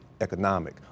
economic